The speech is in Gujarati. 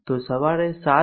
તો સવારે 7a